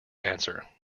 answer